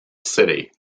city